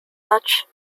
such